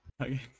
Okay